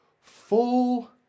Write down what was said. full